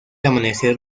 amanecer